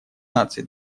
наций